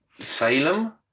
Salem